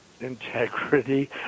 Integrity